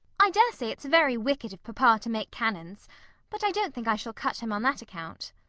i daresay it's very wicked of papa to make cannons but i don't think i shall cut him on that account.